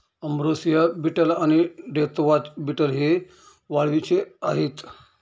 ambrosia beetle आणि deathwatch beetle हे वाळवीचे आहेत